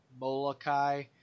Molokai